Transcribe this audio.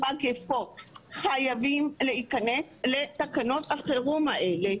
חייבים להיכנס לתקנות החירום האלה.